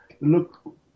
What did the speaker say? look